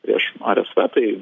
prieš rsv tai